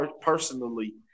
personally